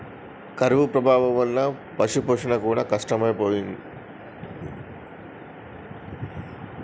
కరువు ప్రభావం వలన పశుపోషణ కూడా కష్టమైపోయింది